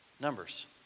numbers